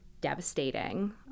devastating